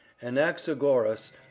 Anaxagoras